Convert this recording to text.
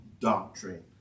doctrine